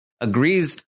agrees